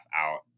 out